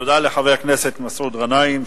תודה לחבר הכנסת מסעוד גנאים,